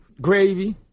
gravy